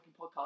podcast